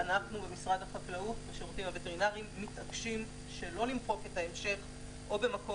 אנחנו במשרד החקלאות מתעקשים שלא למחוק את ההמשך "או במקום